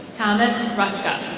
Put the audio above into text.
thomas ruska.